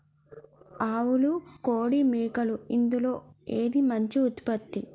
ఆవులు కోడి మేకలు ఇందులో ఏది మంచి ఉత్పత్తి?